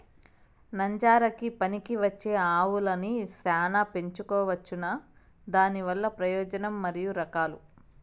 నంజరకి పనికివచ్చే ఆవులని చానా పెంచుకోవచ్చునా? దానివల్ల ప్రయోజనం మరియు రకాలు?